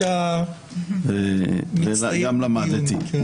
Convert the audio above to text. גם למדתי.